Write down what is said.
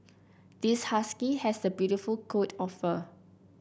this husky has a beautiful coat of fur